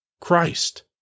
Christ